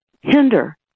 hinder